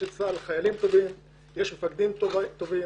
לצה"ל חיילים טובים, מפקדים טובים